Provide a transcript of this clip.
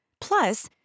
Plus